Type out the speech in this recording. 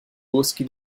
boschi